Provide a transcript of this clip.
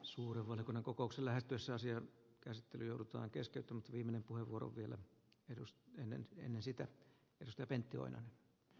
suuren valiokunnan kokouksen lähestyessä asian käsittely joudutaan keskeyttänyt viinanen puheenvuoro vielä kierros ennen ennen sitä pystyy pentti oinonen